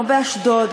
כמו באשדוד,